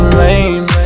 lame